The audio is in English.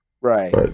Right